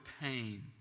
pain